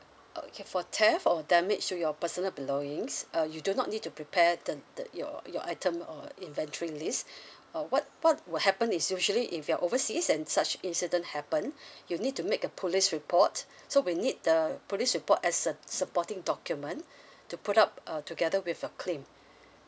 okay for theft or damage to your personal belongings uh you do not need to prepare the the your your item or inventory list uh what what will happen is usually if you're overseas and such incident happen you need to make a police report so we need the police report as a supporting document to put up uh together with your claim